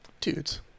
dudes